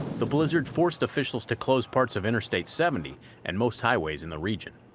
the blizzard forced officials to close parts of interstate seventy and most highways in the region.